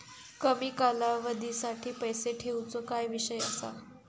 कमी कालावधीसाठी पैसे ठेऊचो काय विषय असा?